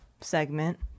segment